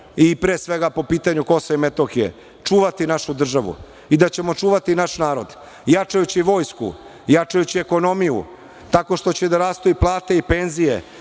i pre svega po pitanju KiM čuvati našu državu i da ćemo čuvati naš narod, jačajući vojsku, jačajući ekonomiju tako što će rasti i plate i penzije